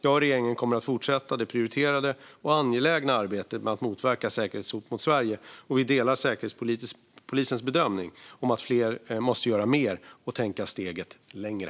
Jag och regeringen kommer att fortsätta det prioriterade och angelägna arbetet med att motverka säkerhetshot mot Sverige, och vi delar Säkerhetspolisens bedömning att fler måste göra mer och tänka steget längre.